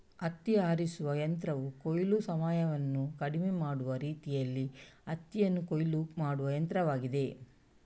ಹತ್ತಿ ಆರಿಸುವ ಯಂತ್ರವು ಕೊಯ್ಲು ಸಮಯವನ್ನು ಕಡಿಮೆ ಮಾಡುವ ರೀತಿಯಲ್ಲಿ ಹತ್ತಿಯನ್ನು ಕೊಯ್ಲು ಮಾಡುವ ಯಂತ್ರವಾಗಿದೆ